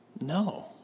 No